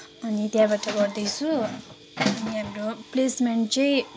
अनि त्यहाँबाट गर्दैछु अनि हाम्रो प्लेसमेन्ट चाहिँ